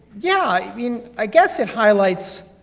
yeah, i mean i guess it highlights